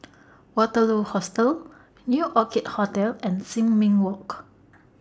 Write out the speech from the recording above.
Waterloo Hostel New Orchid Hotel and Sin Ming Walk